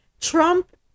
Trump